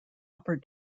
upper